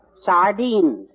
Sardines